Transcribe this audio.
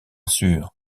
sûr